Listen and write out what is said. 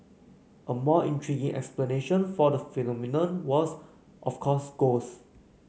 a more intriguing explanation for the phenomenon was of course ghosts